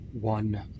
one